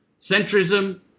Centrism